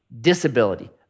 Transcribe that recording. disability